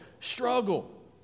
struggle